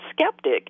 skeptic